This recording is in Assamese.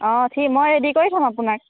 অ' ঠিক মই ৰেডি কৰি থম আপোনাক